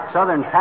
Southern